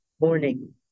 Morning